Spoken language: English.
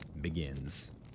begins